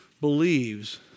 believes